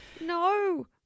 No